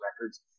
records